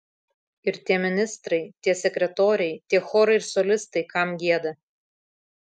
ir tie ministrai tie sekretoriai tie chorai ir solistai kam gieda